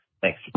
thanks